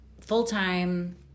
full-time